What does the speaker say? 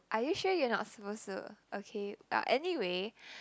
are you sure you're not supposed to okay but anyway